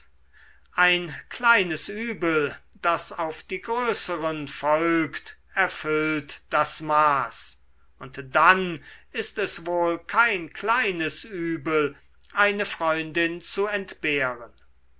ein kleines übel das auf die größeren folgt erfüllt das maß und dann ist es wohl kein kleines übel eine freundin zu entbehren